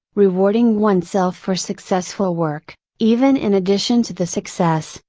rewarding oneself for successful work, even in addition to the success,